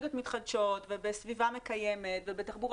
באנרגיות מתחדשות ובסביבה מקיימת ובתחבורה